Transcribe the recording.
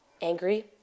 angry